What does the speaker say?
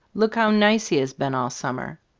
look how nice he has been all summer!